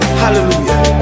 hallelujah